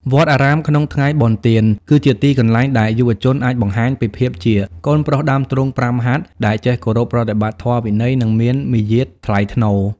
វត្តអារាមក្នុងថ្ងៃបុណ្យទាន គឺជាទីកន្លែងដែលយុវជនអាចបង្ហាញពីភាពជា "កូនប្រុសដើមទ្រូងប្រាំហត្ថ" ដែលចេះគោរពប្រតិបត្តិធម៌វិន័យ និងមានមារយាទថ្លៃថ្នូរ។